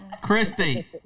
Christy